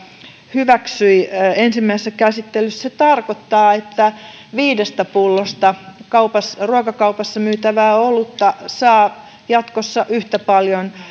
hyväksyi ensimmäisessä käsittelyssä tarkoittaa että viidestä pullosta ruokakaupassa myytävää olutta saa jatkossa yhtä paljon